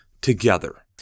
together